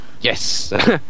yes